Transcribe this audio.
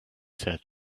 said